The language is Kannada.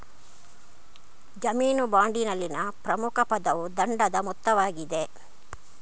ಜಾಮೀನು ಬಾಂಡಿನಲ್ಲಿನ ಪ್ರಮುಖ ಪದವು ದಂಡದ ಮೊತ್ತವಾಗಿದೆ